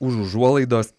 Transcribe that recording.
už užuolaidos